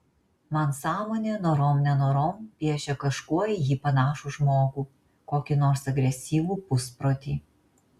man sąmonė norom nenorom piešia kažkuo į jį panašų žmogų kokį nors agresyvų pusprotį